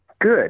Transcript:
Good